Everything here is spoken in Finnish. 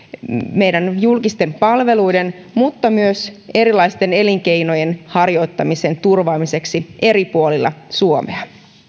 meidän julkisten palveluiden mutta myös erilaisten elinkeinojen harjoittamisen turvaamiseksi eri puolilla suomea